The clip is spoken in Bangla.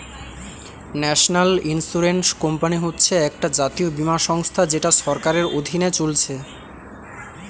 ন্যাশনাল ইন্সুরেন্স কোম্পানি হচ্ছে একটা জাতীয় বীমা সংস্থা যেটা সরকারের অধীনে চলছে